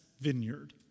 vineyard